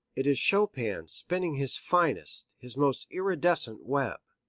it is chopin spinning his finest, his most iridescent web.